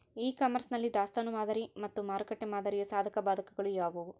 E commerce ನಲ್ಲಿ ದಾಸ್ತನು ಮಾದರಿ ಮತ್ತು ಮಾರುಕಟ್ಟೆ ಮಾದರಿಯ ಸಾಧಕಬಾಧಕಗಳು ಯಾವುವು?